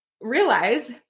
realize